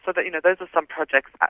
but but you know those are some projects,